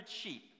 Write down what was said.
sheep